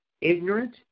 ignorant